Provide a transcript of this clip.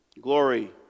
glory